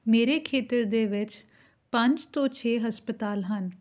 ਮੇਰੇ ਖੇਤਰ ਦੇ ਵਿੱਚ ਪੰਜ ਤੋਂ ਛੇ ਹਸਪਤਾਲ ਹਨ